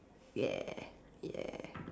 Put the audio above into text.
yes yes